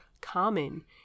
common